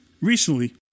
Recently